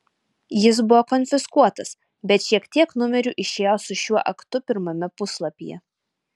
jis buvo konfiskuotas bet šiek tiek numerių išėjo su šiuo aktu pirmame puslapyje